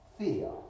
Fear